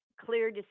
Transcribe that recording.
clear